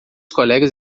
colegas